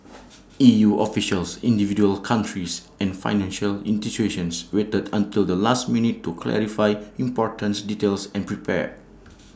E U officials individual countries and financial institutions waited until the last minute to clarify importance details and prepare